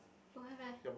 don't have leh